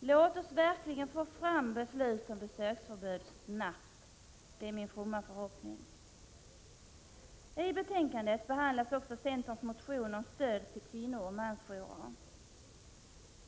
Låt oss verkligen få fram beslut om besöksförbud snabbt. Det är min fromma förhoppning. I betänkandet behandlas också centerns motion om stöd till kvinnooch mansjourer.